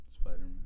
Spider-Man